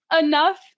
enough